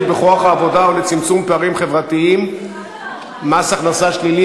בכוח העבודה ולצמצום פערים חברתיים (מס הכנסה שלילי)